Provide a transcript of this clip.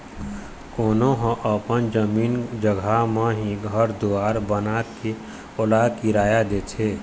कोनो ह अपन जमीन जघा म ही घर दुवार बनाके ओला किराया देथे